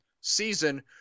season